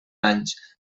anys